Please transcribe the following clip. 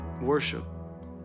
worship